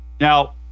Now